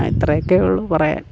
ആ ഇത്രയൊക്കെയേ ഉള്ളു പറയാൻ